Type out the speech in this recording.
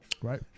Right